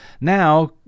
now